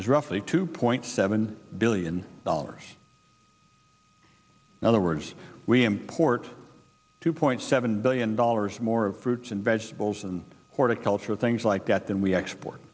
is roughly two point seven billion dollars now the words we import two point seven billion dollars more fruits and vegetables and horticulture things like that than we export